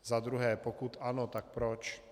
Za druhé: Pokud ano, tak proč?